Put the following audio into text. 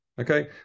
Okay